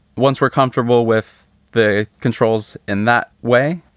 once we're comfortable with the controls in that way,